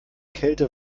kälte